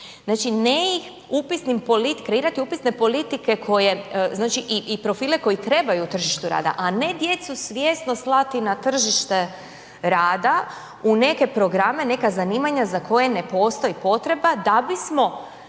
Znači ne ih upisnim, kreirati upisne politike koje, znači i profile koji trebaju tržištu rada, a ne djecu svjesno slati na tržište rada u neke programe, neka zanimanja za koje ne postoji potreba da bismo,